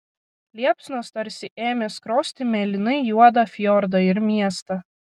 liepsnos tarsi ėmė skrosti mėlynai juodą fjordą ir miestą